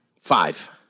five